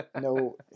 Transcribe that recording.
no